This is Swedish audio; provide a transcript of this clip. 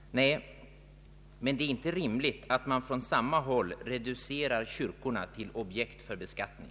Nej, men det är inte rimligt att man från samma håll reducerar kyrkorna till objekt för beskattning.